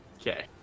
okay